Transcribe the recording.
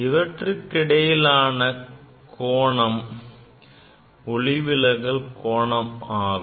இவற்றுக்கிடையிலான கோணம் ஒளிவிலகல் கோணமாகும்